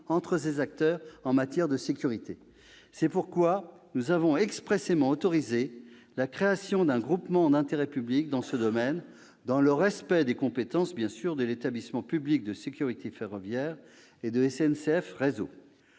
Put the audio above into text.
entre ces acteurs en matière de sécurité. C'est pourquoi nous avons expressément autorisé la création d'un groupement d'intérêt public dans ce domaine, dans le respect, bien évidemment, des compétences de l'établissement public de sécurité ferroviaire et de SNCF Réseau.